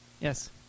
yes